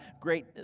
great